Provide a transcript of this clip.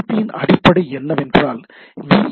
B யின் அடிப்படை என்னவென்றால் என்